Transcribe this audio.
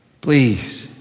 Please